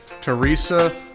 Teresa